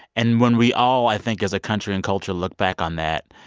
and when we all, i think, as a country and culture look back on that,